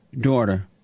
daughter